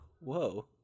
whoa